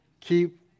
Keep